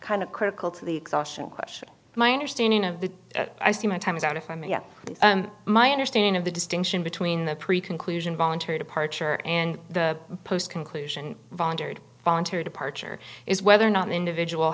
of critical to the exhaustion question my understanding of the i see my time is out of my mia my understanding of the distinction between the pre conclusion voluntary departure and the post conclusion volunteered voluntary departure is whether or not an individual